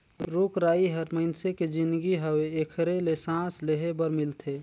रुख राई हर मइनसे के जीनगी हवे एखरे ले सांस लेहे बर मिलथे